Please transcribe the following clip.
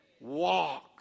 walk